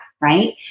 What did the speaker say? right